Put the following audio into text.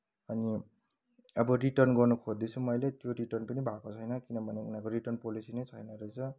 अनि अब रिटर्न गर्न खोज्दैछु मैले त्यो रिटर्न पनि भएको छैन किनभने उनीहरूको रिटर्न पोलिसी नै छैन रहेछ